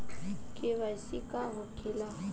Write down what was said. KYC का होखेला?